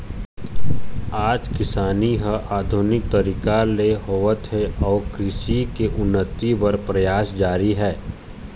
आज किसानी ह आधुनिक तरीका ले होवत हे अउ कृषि के उन्नति बर परयास जारी हे